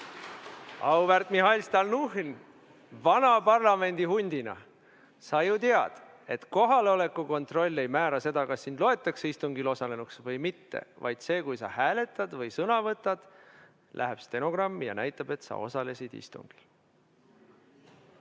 Auväärt Mihhail Stalnuhhin, vana parlamendihundina sa ju tead, et kohaloleku kontroll ei määra seda, kas sind loetakse istungil osalenuks või mitte, vaid see, kui sa hääletad või sõna võtad, läheb stenogrammi ja näitab, et sa osalesid istungil.